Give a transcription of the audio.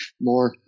more